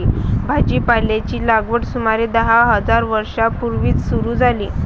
भाजीपाल्याची लागवड सुमारे दहा हजार वर्षां पूर्वी सुरू झाली